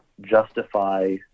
justify